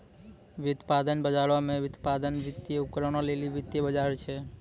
व्युत्पादन बजारो मे व्युत्पादन, वित्तीय उपकरणो लेली वित्तीय बजार छै